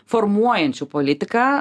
formuojančių politiką